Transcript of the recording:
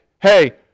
hey